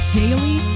daily